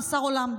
מאסר עולם.